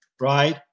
right